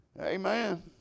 Amen